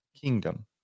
kingdom